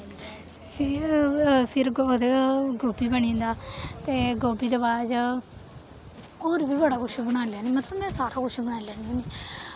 फिर फिर ओह्दे गोभी बनी जंदा ते गोभी दे बाद च होर बी बड़ा कुछ बनाई लैन्नीं मतलब में सारा कुछ बनाई लैन्नी होन्नीं